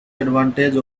advantage